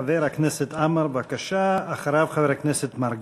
חבר הכנסת עמאר, בבקשה, ואחריו, חבר הכנסת מרגי.